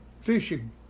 fishing